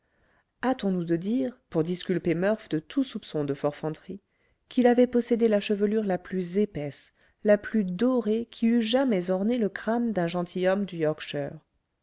hâtons-nous de dire pour disculper murph de tout soupçon de forfanterie qu'il avait possédé la chevelure la plus épaisse la plus dorée qui eût jamais orné le crâne d'un gentilhomme du yorkshire